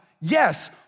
Yes